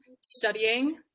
studying